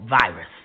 virus